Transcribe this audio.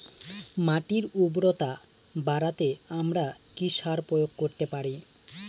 মাটির উর্বরতা বাড়াতে আমরা কি সার প্রয়োগ করতে পারি?